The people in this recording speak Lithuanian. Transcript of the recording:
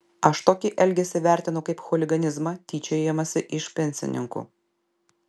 aš tokį elgesį vertinu kaip chuliganizmą tyčiojimąsi iš pensininkų